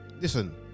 Listen